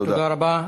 תודה רבה.